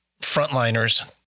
frontliners